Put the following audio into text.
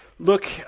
Look